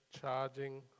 charging